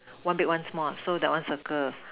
one big one small so that one circle